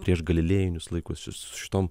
prieš galilėjinius laikus jūs su šitom